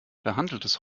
behandeltes